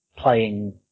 playing